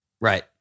Right